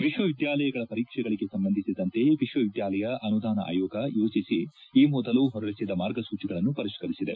ವಿಶ್ವವಿದ್ಯಾಲಯಗಳ ಪರೀಕ್ಷೆಗಳಿಗೆ ಸಂಬಂಧಿಸಿದಂತೆ ವಿಶ್ವವಿದ್ಯಾಲಯ ಅನುಧಾನ ಆಯೋಗ ಯುಜಿಸಿ ಈ ಮೊದಲು ಹೊರಡಿಸಿದ್ದ ಮಾರ್ಗಸೂಚಿಗಳನ್ನು ಪರಿಷ್ನ ರಿಸಿದೆ